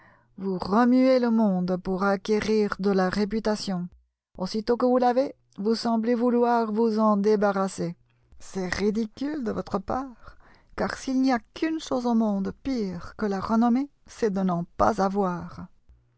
vous remuez le monde pour acquérir de la réputation aussitôt que vous l'avez vous semblez vouloir vous en débarrasser c'est ridicule de votre part car s'il n'y a qu'une chose au monde pire que la renommée c'est de n'en pas avoir